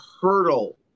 hurdle